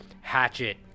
hatchet